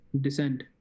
descent